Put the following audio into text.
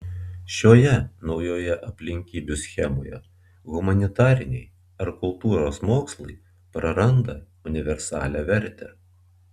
šioje naujoje aplinkybių schemoje humanitariniai ar kultūros mokslai praranda universalią vertę